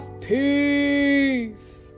Peace